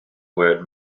word